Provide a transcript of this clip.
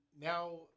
now